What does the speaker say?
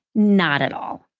not at all.